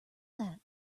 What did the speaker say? that